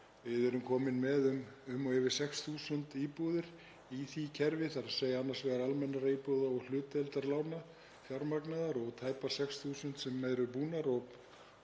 Við erum komin með um og yfir 6.000 íbúðir í því kerfi, þ.e. annars vegar almennra íbúða og hlutdeildarlána, fjármagnaðar, og tæpar 6.000 sem eru tilbúnar og